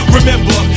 Remember